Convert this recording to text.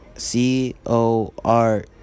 c-o-r